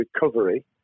recovery